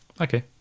Okay